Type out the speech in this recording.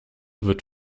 wird